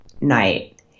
night